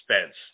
Spence